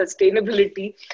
sustainability